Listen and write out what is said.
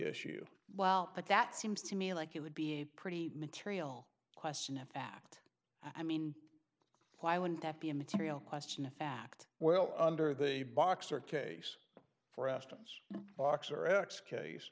issue well but that seems to me like it would be a pretty material question of fact i mean why wouldn't that be a material question of fact well under the boxer case for aston's boxer x case